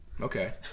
Okay